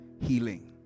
healing